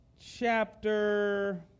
chapter